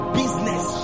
business